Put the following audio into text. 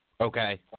Okay